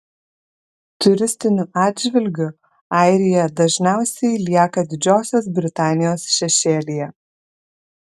turistiniu atžvilgiu airija dažniausiai lieka didžiosios britanijos šešėlyje